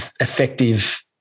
effective